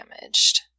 damaged